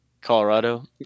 Colorado